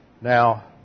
Now